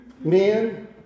Men